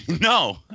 No